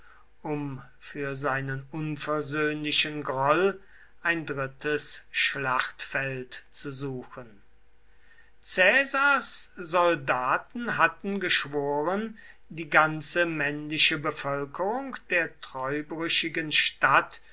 um für seinen unversöhnlichen groll ein drittes schlachtfeld zu suchen caesars soldaten hatten geschworen die ganze männliche bevölkerung der treubrüchigen stadt